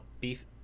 beef